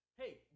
Hey